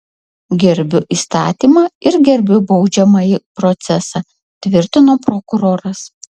gerbiu įstatymą ir gerbiu baudžiamąjį procesą tvirtino prokuroras